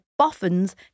Boffins